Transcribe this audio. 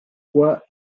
fois